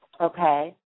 Okay